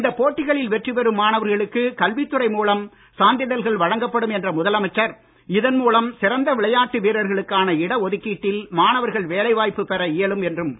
இந்த போட்டிகளில் வெற்றி பெறும் மாணவர்களுக்கு கல்வித் துறை மூலம் சான்றிதழ்கள் வழங்கப்படும் என்ற முதலமைச்சர் இதன் மூலம் சிறந்த விளையாட்டு வீரர்களுக்கான இட ஒதுக்கீட்டில் மாணவர்கள் வேலைவாய்ப்பு பெற இயலும் என்றும் கூறினார்